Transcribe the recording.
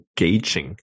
engaging